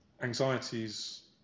anxieties